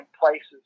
places